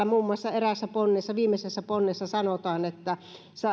muun muassa viimeisessä ponnessa sanotaan että